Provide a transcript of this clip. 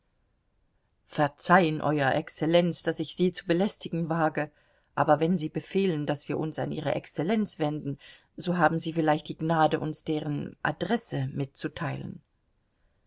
verzeihen euer exzellenz daß ich sie zu belästigen wage aber wenn sie befehlen daß wir uns an ihre exzellenz wenden so haben sie vielleicht die gnade uns deren adresse mitzuteilen